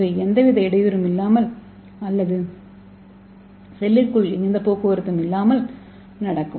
இவை எந்தவித இடையூறும் இல்லாமல் அல்லது இந்த செல்லிற்குள் எந்த போக்குவரத்தும் இல்லாமல் நடக்கும்